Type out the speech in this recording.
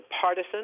partisan